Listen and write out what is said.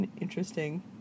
interesting